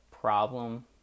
problem